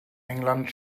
england